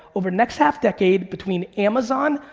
over next half decade, between amazon,